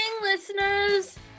listeners